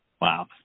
Wow